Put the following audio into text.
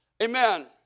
Amen